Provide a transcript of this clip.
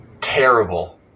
terrible